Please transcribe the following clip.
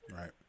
Right